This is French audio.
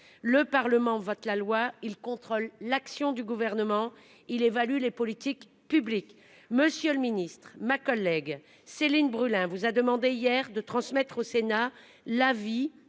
le Parlement vote la loi, il contrôle l'action du gouvernement. Il évalue les politiques publiques. Monsieur le Ministre, ma collègue Céline Brulin, vous a demandé hier de transmettre au Sénat la vie